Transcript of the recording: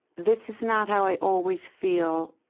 this is not how i always feel,